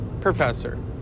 professor